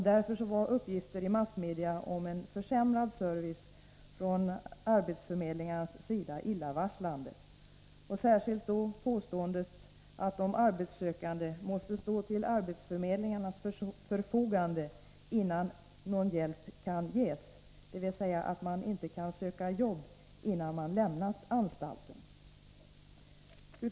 Därför var uppgifter i massmedia om en försämrad service från arbetsförmedlingarnas sida illavarslande, särskilt då påståendet att de arbetssökande måste stå till arbetsförmedlingens förfogande innan någon hjälp kan ges — dvs. att man inte kan söka jobb innan man lämnat anstalten.